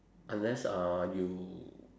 unless uh you